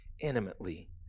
intimately